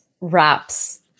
wraps